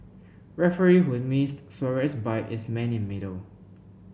referee who missed Suarez bite is man in middle